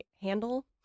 handle